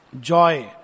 joy